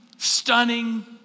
stunning